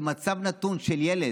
זה מצב נתון של ילד.